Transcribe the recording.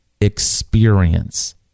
experience